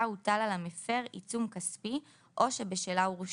הוטל על המפר עיצום כספי או שבשלה הורשע.